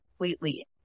completely